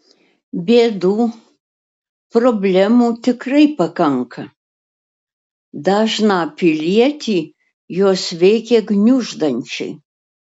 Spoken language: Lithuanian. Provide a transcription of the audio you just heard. bėdų problemų tikrai pakanka dažną pilietį jos veikia gniuždančiai